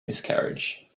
miscarriage